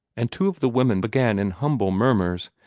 and two of the women began in humble murmurs,